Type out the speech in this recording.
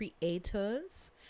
creators